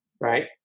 right